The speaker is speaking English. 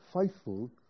faithful